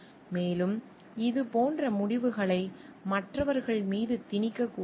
மேலும் இதுபோன்ற முடிவுகளை மற்றவர்கள் மீது திணிக்கக் கூடாது